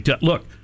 Look